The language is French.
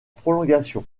prolongation